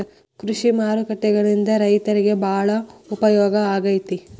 ಕೃಷಿ ಮಾರುಕಟ್ಟೆಗಳಿಂದ ರೈತರಿಗೆ ಬಾಳ ಉಪಯೋಗ ಆಗೆತಿ